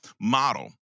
model